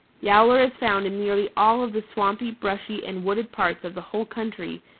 yowler is found in nearly all of the swampy, brushy and wooded parts of the whole country,